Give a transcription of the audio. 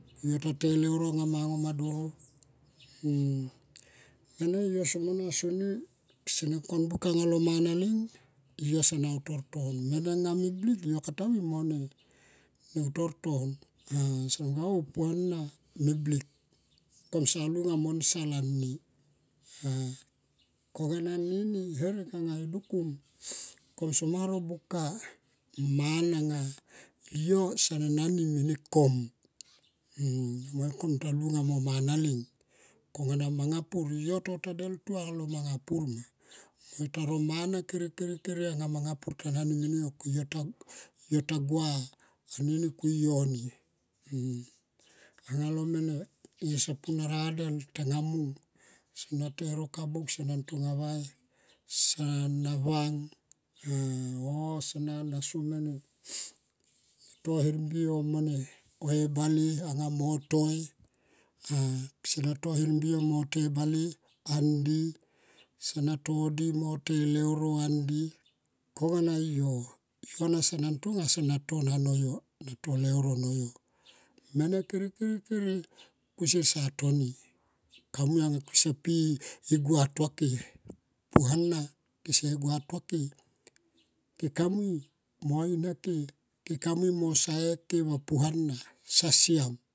Yo ta to e leuro anga ma e ngo ma doro. Mene yo soma na soni sene kon buka lo mana leng, yo sona utor ton mene meblik yo katamui mone utor ton on puana me blik. Kosa lunga mo nsal ani ah kona anini herek anga e dukum kom soma ro buka mana nga yo a nani mene kom, mo ikom ta lunga mo mana lens. Kongana manga pur, yo tota deltu anga lo manga pur ma. Taro mana kerekere anga manga pur tota nani mene yo ko yo ta gua anini ku yo ni. Anga lo mene, yo sopu na radel tanga mung sona to e roka buk sona tonga vai. Sana vang on san so mene tato herbi yo mo ne e bale toli pe sana to her mbi yo mo toi e bale ondi sana to di mo te e leuro andi konga na yo. Kona sona tonga sona to nanoyo sona to leuro no yo. Mene kerekere kusier sa toni kamui anga ku sepi gua tua ke. Puana ke se gua tua ke. Ke ka mui mo in hakeika ka mo va sae ke va puana so siam.